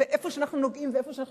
ואיפה שאנחנו נוגעים ואיפה שאנחנו